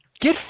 Get